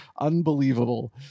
unbelievable